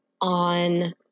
on